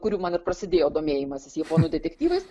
kuriu man ir prasidėjo domėjimasis japonų detektyvais